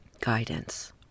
guidance